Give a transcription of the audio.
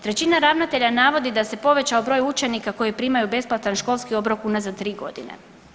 Trećina ravnatelja navodi da se povećao broj učenika koji primaju besplatan školski obrok unazad tri godine.